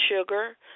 sugar